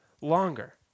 longer